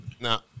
now